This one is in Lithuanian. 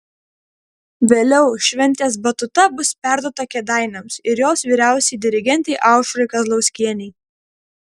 vėliau šventės batuta bus perduota kėdainiams ir jos vyriausiajai dirigentei aušrai kazlauskienei